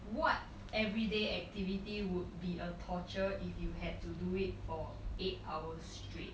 what everyday activity would be a torture if you had to do it for eight hours straight